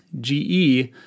GE